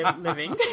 living